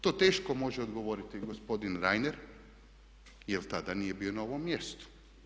To teško može odgovoriti gospodin Reiner jer tada nije bio na ovom mjestu.